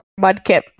Mudkip